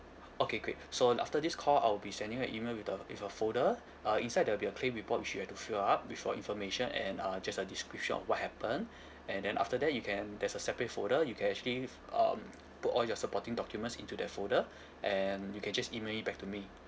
okay great so after this call I'll be sending you an email with the with a folder uh inside there'll be a claim report which you have to fill up with your information and uh just a description of what happened and then after that you can there's a separate folder you can actually um put all your supporting documents into that folder and you can just email it back to me